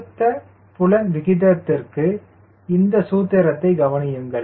கொடுத்த புலன் விகிதத்திற்கு இந்த சூத்திரத்தை கவனியுங்கள்